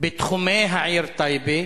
בתחומי העיר טייבה,